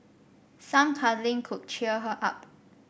some cuddling could cheer her up